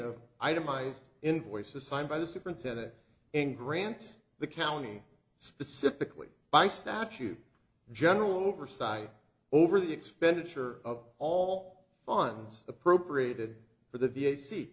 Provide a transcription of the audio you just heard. of itemized invoices signed by the superintendent and grants the county specifically by statute general oversight over the expenditure of all funds appropriated for the v a see